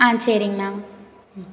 ஆ சரிங்ண்ணா ம்